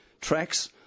tracks